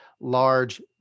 large